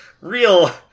Real